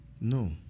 No